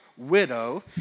widow